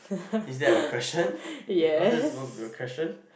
is that a question what was that supposed to be a question